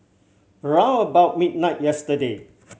round about midnight yesterday